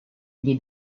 gli